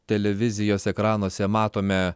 televizijos ekranuose matome